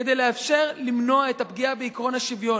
כדי לאפשר למנוע את הפגיעה בעקרון השוויון,